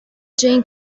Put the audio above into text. jeanne